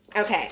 Okay